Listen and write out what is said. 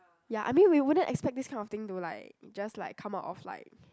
ya I mean we wouldn't expect this kind of thing to like just like come out of like